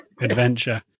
adventure